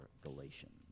Galatians